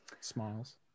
Smiles